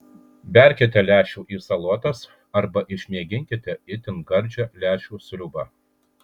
berkite lęšių į salotas arba išmėginkite itin gardžią lęšių sriubą